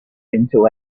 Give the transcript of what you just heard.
into